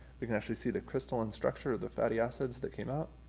we can actually see the crystalline structure of the fatty acids that came out.